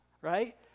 right